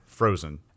frozen